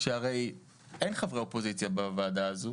שהרי אין חברי אופוזיציה בוועדה הזו,